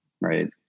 right